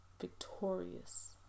victorious